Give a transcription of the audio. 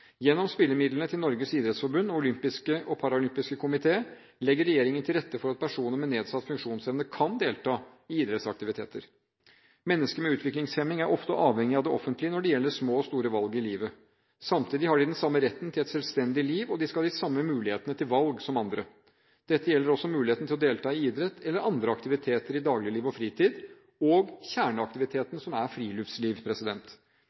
Gjennom spillemidlene til Norges idrettsforbund og olympiske og paralympiske komité, NIF, legger regjeringen til rette for at personer med nedsatt funksjonsevne kan delta i idrettsaktiviteter. Mennesker med utviklingshemming er ofte avhengig av det offentlige når det gjelder små og store valg i livet. Samtidig har de den samme retten til et selvstendig liv, og de skal ha de samme valgmulighetene som andre. Dette gjelder også muligheten til delta i idrett eller i andre aktiviteter i dagligliv og fritid – og